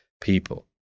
people